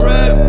Red